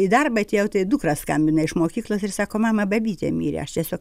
į darbą atėjau tai dukra skambina iš mokyklos ir sako mama babytė mirė aš tiesiog